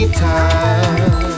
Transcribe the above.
touch